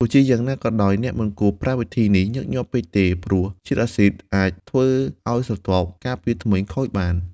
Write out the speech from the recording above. ទោះជាយ៉ាងណាក៏ដោយ អ្នកមិនគួរប្រើវិធីនេះញឹកញាប់ពេកទេ ព្រោះជាតិអាស៊ីដអាចធ្វើឲ្យស្រទាប់ការពារធ្មេញខូចបាន។